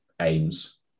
aims